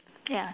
ya